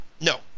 No